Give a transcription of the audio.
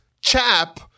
chap